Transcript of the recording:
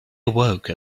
awoke